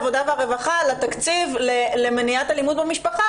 העבודה והרווחה לתקציב למניעת אלימות במשפחה,